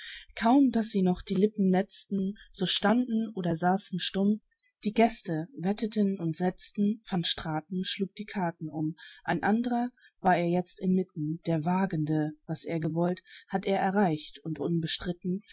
kaum daß sie noch die lippen netzten so standen oder saßen stumm die gäste wetteten und setzten van straten schlug die karten um ein andrer war er jetzt inmitten der wagenden was er gewollt hatt er erreicht und unbestritten